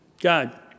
God